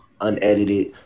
unedited